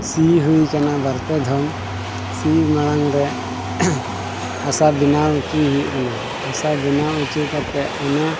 ᱥᱤ ᱦᱩᱭ ᱠᱟᱱᱟ ᱵᱟᱨᱯᱮ ᱫᱷᱟᱣ ᱥᱤ ᱢᱟᱲᱟᱝ ᱨᱮ ᱦᱟᱥᱟ ᱵᱮᱱᱟᱣ ᱦᱚᱪᱚᱭ ᱦᱩᱭᱩᱜ ᱠᱟᱱᱟ ᱦᱟᱥᱟ ᱵᱮᱱᱟᱣ ᱦᱚᱪᱚ ᱠᱟᱛᱮᱫ ᱚᱱᱟ